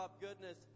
goodness